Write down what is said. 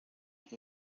that